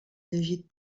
llegit